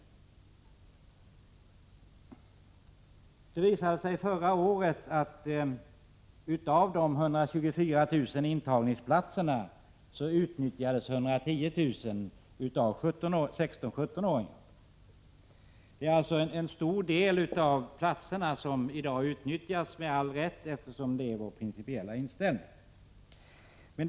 Förra året utnyttjades 110 000 av de 124 000 intagningsplatserna av 16-17-åringar. En stor del av platserna utnyttjas alltså med all rätt i dag — det är vår principiella inställning att det skall vara på det sättet.